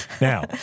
Now